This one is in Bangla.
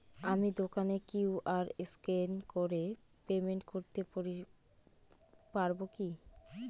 আমি দোকানে কিউ.আর স্ক্যান করে পেমেন্ট করতে পারবো কি?